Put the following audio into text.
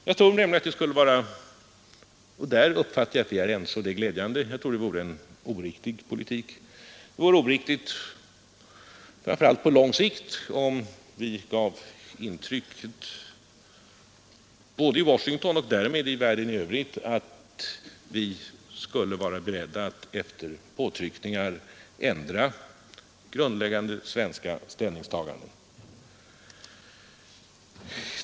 Jag tror nämligen — och där uppfattar jag det så att vi är eniga, vilket är glädjande — att det vore en oriktig politik, framför allt på lång sikt, om vi i Washington och därmed i världen i övrigt gav intrycket att vi var beredda att efter påtryckningar ändra grundläggande svenska ställningstaganden.